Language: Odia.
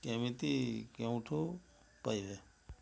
କେମିତି କେଉଁଠୁ ପାଇବେ